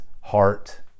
heart